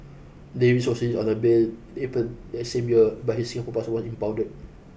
Davies was on bail April that same year but his Singapore passport impounded